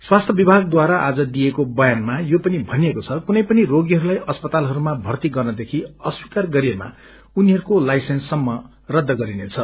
स्वास्थ्य विभागद्वारा आज दिइएको बयानमा यो पनि भनिएको छ कुनै पनि रोगीहस्लाई अस्पतालहरूमा भर्ती गर्नदेखि अस्वीकार गरिएमा उनीहस्को लाईसेन्ससम्म रछ गरिनेछ